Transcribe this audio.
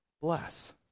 bless